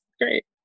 Great